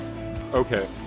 Okay